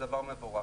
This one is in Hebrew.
זה דבר מבורך,